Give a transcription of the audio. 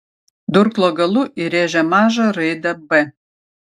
durklo galu įrėžė mažą raidę b